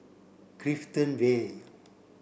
Clifton Vale